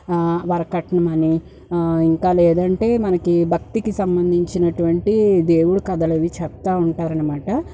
వరకట్నమని ఇంకా లేదంటే మనకి భక్తికి సంబంధించినటువంటి దేవుడి కథలవి చెప్తా ఉంటారన్నమాట